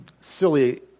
Silly